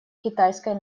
китайской